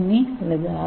ஏ அல்லது ஆர்